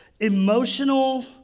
Emotional